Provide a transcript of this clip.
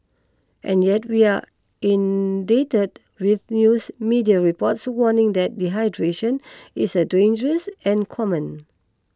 and yet we are with news media reports warning that dehydration is dangerous and common